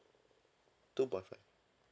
two point five